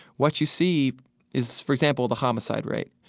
what you see is for example, the homicide rate.